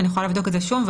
אני יכולה לבדוק את זה שוב.